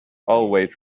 always